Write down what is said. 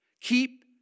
keep